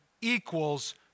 equals